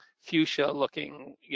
fuchsia-looking